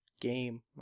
game